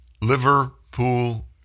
Liverpool